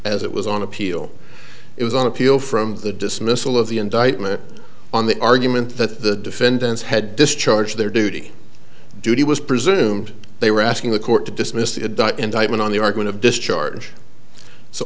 as it was on appeal it was on appeal from the dismissal of the indictment on the argument that the defendants had discharged their duty duty was presumed they were asking the court to dismiss a dot indictment on the are going to discharge so